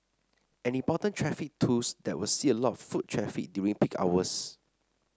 an important traffic tools that will see a lot of foot traffic during peak hours